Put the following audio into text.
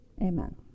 amen